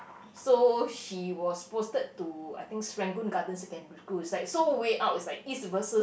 so she was posted to I think serangoon-Garden secondary school it's like so way out it's like east versus